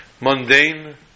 mundane